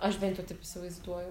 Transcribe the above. aš bent jau taip įsivaizduoju